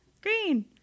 Green